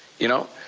you know.